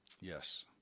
Yes